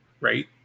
Right